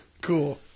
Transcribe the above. Cool